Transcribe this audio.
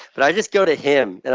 but i just go to him, and